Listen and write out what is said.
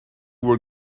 were